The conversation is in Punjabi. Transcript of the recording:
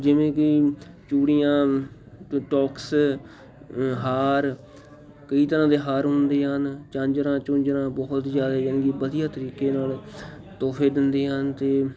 ਜਿਵੇਂ ਕਿ ਚੂੜੀਆਂ ਤੋਂ ਟੋਕਸ ਹਾਰ ਕਈ ਤਰ੍ਹਾਂ ਦੇ ਹਾਰ ਹੁੰਦੀਆਂ ਹਨ ਝਾਂਜਰਾਂ ਝੂੰਜਰਾਂ ਬਹੁਤ ਜ਼ਿਆਦੇ ਜਾਣੀ ਕਿ ਵਧੀਆ ਤਰੀਕੇ ਨਾਲ ਤੋਹਫੇ ਦਿੰਦੀਆਂ ਹਨ ਅਤੇ